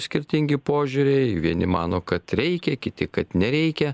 skirtingi požiūriai vieni mano kad reikia kiti kad nereikia